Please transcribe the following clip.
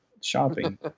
shopping